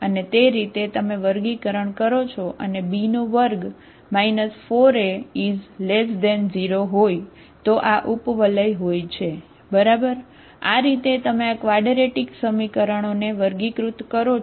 અને તે રીતે તમે વર્ગીકરણ કરો છો અને b2 4a0 હોય તો આ ઉપવલય ને વર્ગીકૃત કરો છો